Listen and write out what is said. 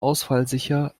ausfallsicher